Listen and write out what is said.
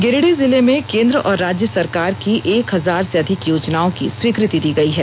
गिरिडीह जिले में केन्द्र और राज्य सरकार की एक हजार से अधिक योजनाओं की स्वीकृति दी गई है